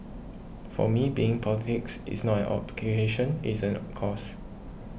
for me being in politics is not an it's an cause